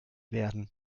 werden